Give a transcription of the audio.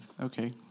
Okay